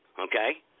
Okay